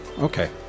Okay